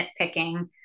nitpicking